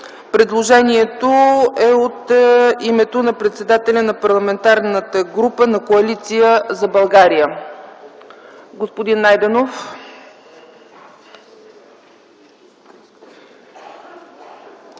Предложението е от името на председателя на Парламентарната група на Коалиция за България. Господин Найденов,